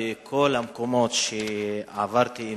בכל המקומות שעברתי,